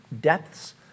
depths